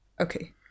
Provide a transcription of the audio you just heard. Okay